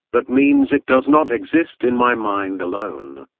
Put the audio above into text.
that means it does not exist in my mind alone.